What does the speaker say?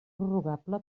prorrogable